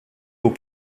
aux